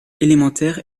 élémentaire